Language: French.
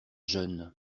jeûnent